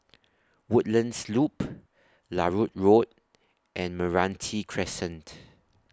Woodlands Loop Larut Road and Meranti Crescent